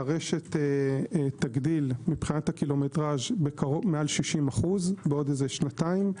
שהרשת תגדיל מבחינת הקילומטראז' מעל 60% בעוד איזה שנתיים.